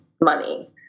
money